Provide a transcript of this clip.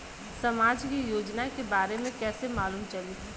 समाज के योजना के बारे में कैसे मालूम चली?